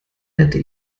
hätte